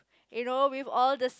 in all with all these